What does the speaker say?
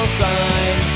sign